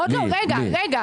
רגע.